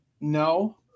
No